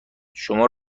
شما